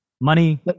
money